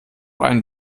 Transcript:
einen